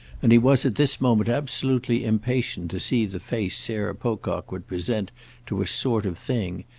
and he was at this moment absolutely impatient to see the face sarah pocock would present to a sort of thing,